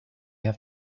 have